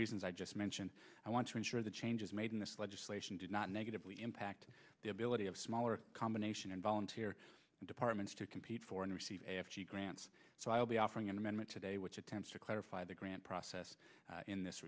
reasons i just mentioned i want to ensure the changes made in this legislation did not negatively impact the ability of smaller combination and volunteer departments to compete for and receive grants so i'll be offering an amendment today which attempts to clarify the grant process in this